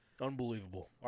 Unbelievable